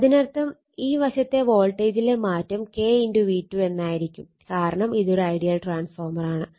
അതിനർത്ഥം ഈ വശത്തെ വോൾട്ടേജിലെ മാറ്റം K V2 എന്നായിരിക്കും കാരണം ഇത് ഐഡിയൽ ട്രാൻസ്ഫോർമർ ആണ്